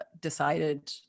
decided